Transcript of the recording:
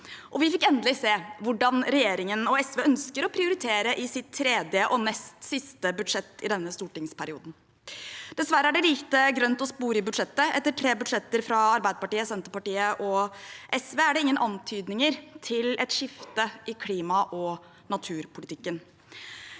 Vi fikk endelig se hvordan regjeringen og SV ønsker å prioritere i sitt tredje og nest siste budsjett i denne stortingsperioden. Dessverre er det lite grønt å spore i budsjettet. Etter tre budsjetter fra Arbeiderpartiet, Senterpartiet og SV er det ingen antydninger til et skifte i klima- og naturpolitikken.